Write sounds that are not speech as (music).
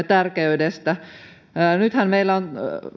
(unintelligible) tärkeydestä nythän meillä on